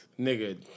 Nigga